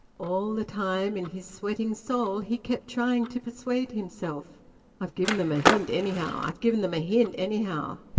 all the time, in his sweating soul, he kept trying to persuade himself i've given them a hint, anyhow! i've given them a hint, anyhow!